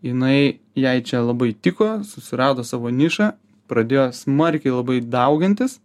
jinai jai čia labai tiko susirado savo nišą pradėjo smarkiai labai daugintis